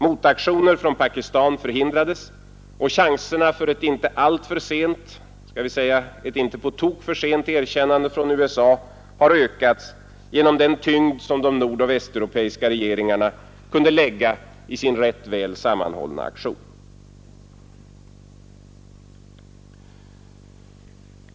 Motaktioner från Pakistan förhindrades och chanserna för ett inte alltför sent, skall vi säga ett inte på tok för sent, erkännande från USA har ökats genom den tyngd som de nordoch västeuropeiska regeringarna kunde lägga i sin rätt väl sammanhållna aktion.